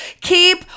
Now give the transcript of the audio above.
keep